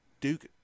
Duke